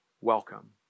welcome